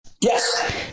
Yes